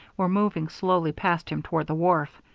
were moving slowly past him toward the wharf.